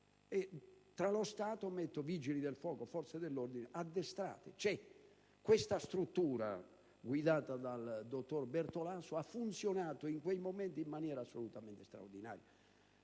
per lo Stato, i Vigili del fuoco e le forze dell'ordine addestrate. La struttura, guidata dal dottor Bertolaso, ha funzionato in quei momenti in maniera assolutamente straordinaria.